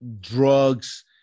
drugs